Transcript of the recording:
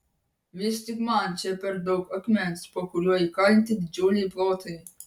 vis tik man čia per daug akmens po kuriuo įkalinti didžiuliai plotai